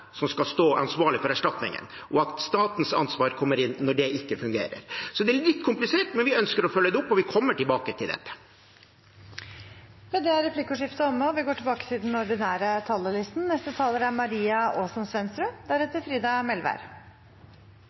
som skal stå ansvarlig for erstatningen, og at statens ansvar kommer inn når det ikke fungerer. Det er litt komplisert, men vi ønsker å følge det opp, og vi kommer tilbake til dette. Replikkordskiftet er omme. Arbeiderpartiet ønsker trygge samfunn – der du og jeg kan leve et fritt liv, og der fellesskapet er sterkt nok til å stille opp for dem som trenger det